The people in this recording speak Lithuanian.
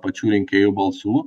pačių rinkėjų balsų